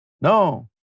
No